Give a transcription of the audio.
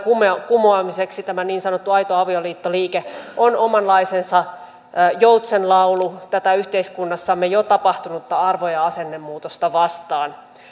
kumoamiseksi tämä niin sanottu aito avioliitto liike on omanlaisensa joutsenlaulu tätä yhteiskunnassamme jo tapahtunutta arvo ja asennemuutosta vastaan